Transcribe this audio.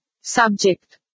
Subject